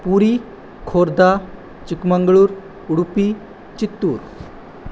Puri Khordha Chikkamagaluru Udupi Chittoor